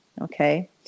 Okay